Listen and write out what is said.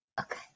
okay